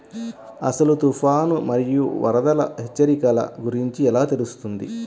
అసలు తుఫాను మరియు వరదల హెచ్చరికల గురించి ఎలా తెలుస్తుంది?